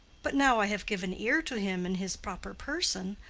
but now i have given ear to him in his proper person,